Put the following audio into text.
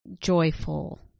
joyful